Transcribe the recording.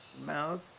mouth